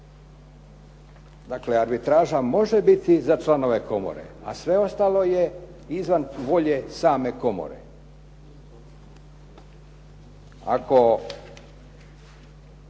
Dakle, arbitraža može biti za članove komore, a sve ostalo je izvan volje same komore.